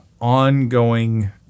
ongoing